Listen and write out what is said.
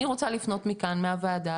אני רוצה לפנות מכאן מהוועדה,